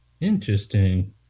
Interesting